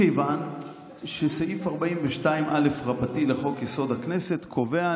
מכיוון שסעיף 42א רבתי לחוק-יסוד: הכנסת קובע,